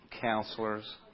counselors